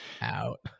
out